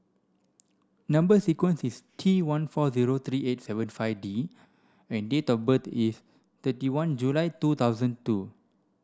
number sequence is T one four zero three eight seven five D and date of birth is thirty one July two thousand two